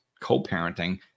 co-parenting